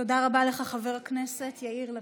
תודה רבה לך, חבר הכנסת יאיר לפיד,